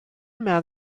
man